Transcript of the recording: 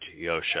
Yosha